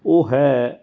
ਉਹ ਹੈ